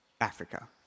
Africa